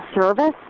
service